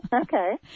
okay